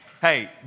Hey